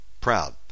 proud